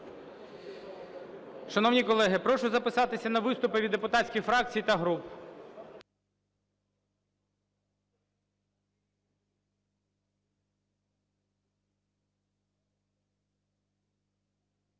Шановні колеги, прошу записатися на виступи від депутатських фракцій та груп.